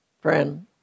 friend